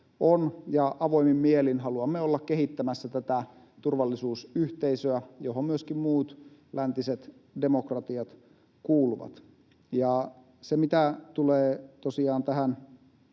on ja avoimin mielin haluamme olla kehittämässä tätä turvallisuusyhteisöä, johon myöskin muut läntiset demokratiat kuuluvat. Mitä tulee tosiaan tähän